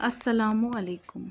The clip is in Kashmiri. اَلسَلامُ علیکُم